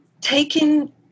taking